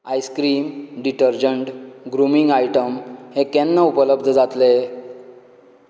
ice cream detergent grooming item हे केन्ना उपलब्ध जातले